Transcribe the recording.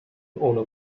ohne